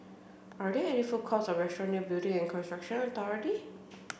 are there any food courts or restaurants near Building and Construction Authority